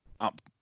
up